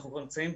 אנחנו כבר נמצאים,